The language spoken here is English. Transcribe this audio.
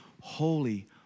holy